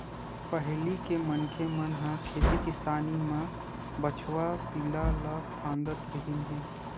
पहिली के मनखे मन ह खेती किसानी म बछवा पिला ल फाँदत रिहिन हे